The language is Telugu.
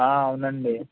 అవునండి